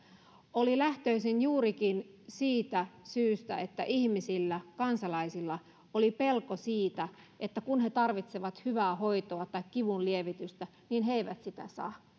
oli lähtöisin juurikin siitä että ihmisillä kansalaisilla oli pelko siitä että kun he tarvitsevat hyvää hoitoa tai kivunlievitystä he eivät sitä saa